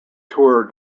tour